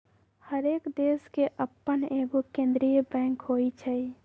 हरेक देश के अप्पन एगो केंद्रीय बैंक होइ छइ